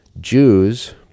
Jews